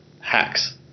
hacks